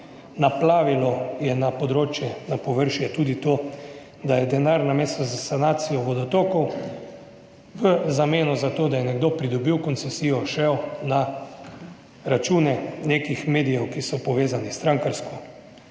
naplavilo je na področje, na površje tudi to, da je denar namesto za sanacijo vodotokov v zameno za to, da je nekdo pridobil koncesijo, šel na račune nekih medijev, ki so povezani s strankarsko,